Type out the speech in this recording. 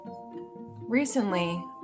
recently